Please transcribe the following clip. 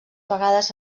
vegades